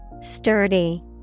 Sturdy